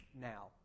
now